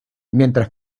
mientras